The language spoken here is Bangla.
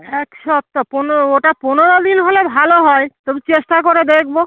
এক সপ্তাহ পনেরো ওটা পনেরো দিন হলে ভালো হয় তবু চেষ্টা করে দেখবো